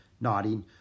nodding